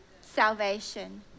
salvation